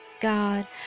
God